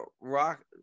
Rock